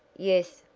yes,